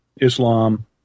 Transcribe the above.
Islam